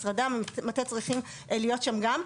משרדי המטה צריכים להיות גם שם.